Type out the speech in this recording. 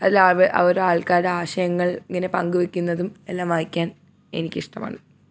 അതിൽ അവ അവരുടെ ആൾക്കാരുടെ ആശയങ്ങൾ ഇങ്ങനെ പങ്കു വെക്കുന്നതും എല്ലാം വായിക്കാൻ എനിക്കിഷ്ടമാണ്